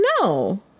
No